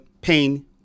pain